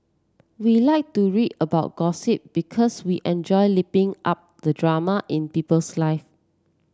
we like to read about gossip because we enjoy lapping up the drama in people's live